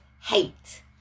hate